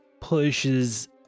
pushes